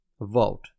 Vote